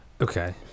Okay